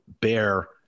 bear